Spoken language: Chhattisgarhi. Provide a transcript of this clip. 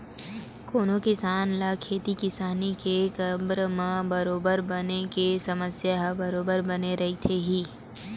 कोनो भी किसान ल खेती किसानी के करब म बरोबर बन के समस्या ह बरोबर बने रहिथे ही